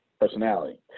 personality